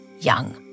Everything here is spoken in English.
Young